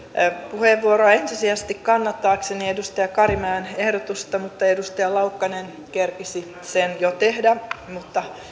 puheenvuoroa ensisijaisesti kannattaakseni edustaja karimäen ehdotusta mutta edustaja laukkanen kerkesi sen jo tehdä mutta